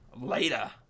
Later